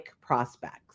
prospects